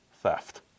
theft